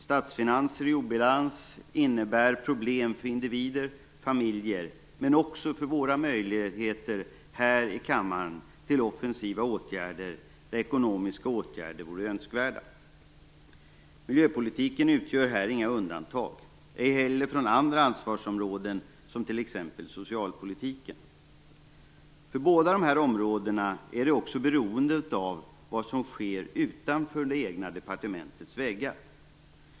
Statsfinanser i obalans innebär problem för individer och familjer, men också för våra möjligheter här i kammaren till offensiva åtgärder där ekonomiska åtgärder vore önskvärda. Miljöpolitiken utgör här inget undantag, ej heller från andra ansvarsområden, t.ex. socialpolitiken. För båda dessa områden beror det på vad som sker utanför det egna departementets väggar.